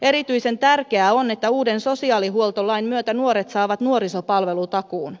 erityisen tärkeää on että uuden sosiaalihuoltolain myötä nuoret saavat nuorisopalvelutakuun